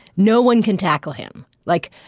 no one can tackle him. like,